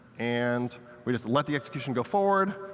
and we just let the execution go forward.